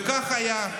וכך היה.